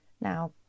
Now